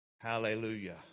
Hallelujah